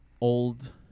Old